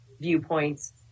viewpoints